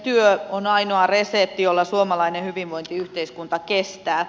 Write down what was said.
työ on ainoa resepti jolla suomalainen hyvinvointiyhteiskunta kestää